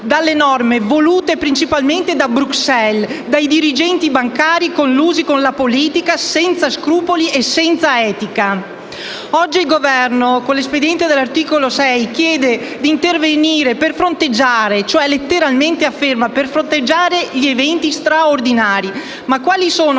dalle norme volute principalmente da Bruxelles, dai dirigenti bancari, collusi con la politica, senza scrupoli e senza etica. Oggi il Governo, con l'espediente dell'articolo 6 della legge n. 243 del 2012, chiede di intervenire per fronteggiare «eventi straordinari». Ma quali sono